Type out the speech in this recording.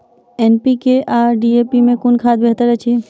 NPK आ DAP मे कुन खाद बेहतर अछि?